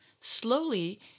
slowly